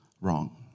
Wrong